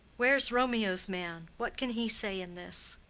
where's romeo's man? what can he say in this?